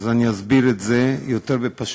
אז אני אסביר את זה יותר בפשטות: